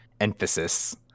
emphasis